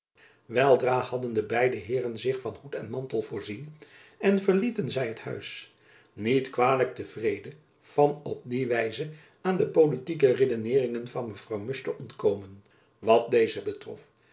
weldra hadden de beide heeren zich van hoed en mantel voorzien en verlieten zy het huis niet kwalijk te vrede van op die wijze aan de politieke redeneeringen van mevrouw musch te ontkomen wat deze betrof